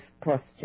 posture